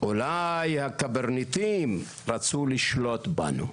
אולי הקברניטים רצו לשלוט בנו.